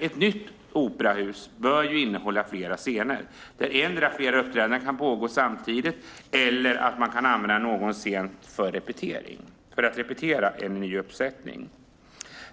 Ett nytt operahus bör innehålla flera scener, där antingen flera uppträdanden kan pågå samtidigt eller någon scen kan användas för att repetera en ny uppsättning.